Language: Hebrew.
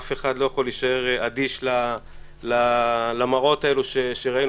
אף אחד לא יכול להישאר אדיש למראות האלו שראינו,